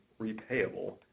repayable